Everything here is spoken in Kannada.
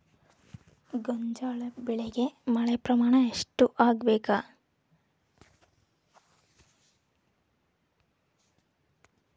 ಗೋಂಜಾಳ ಬೆಳಿಗೆ ಮಳೆ ಪ್ರಮಾಣ ಎಷ್ಟ್ ಆಗ್ಬೇಕ?